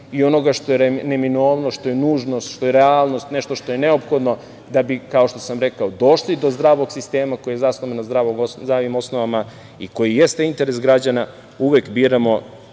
i onoga što je neminovnost, što je nužnost, što je realnost, nešto što je neophodno da bi, kao što sam rekao, došli do zdravog sistema koji je zasnovan na zdravim osnovama i koji jeste interes građana, uvek biramo